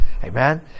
Amen